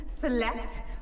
select